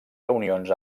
reunions